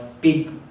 big